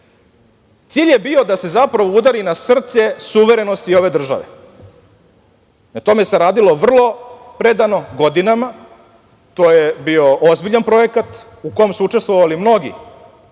Cilj je bio da se udari na srce suverenosti ove države, na tome se radilo vrlo predano, godinama, to je bio ozbiljan projekat u kome su učestvovali mnogi,